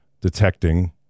detecting